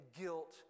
guilt